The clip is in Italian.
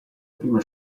prima